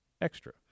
extra